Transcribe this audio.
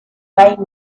main